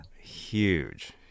Huge